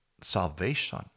salvation